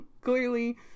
clearly